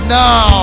now